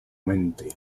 mente